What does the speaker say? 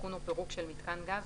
תיקון או פירוק של מיתקן גז,